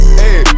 hey